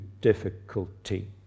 difficulty